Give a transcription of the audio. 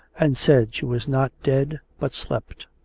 and said she was not dead but slept.